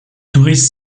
touristes